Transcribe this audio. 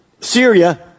Syria